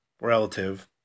relative